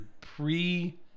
pre